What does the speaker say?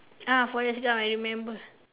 ah Forrest-Gump I remember